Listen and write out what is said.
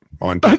on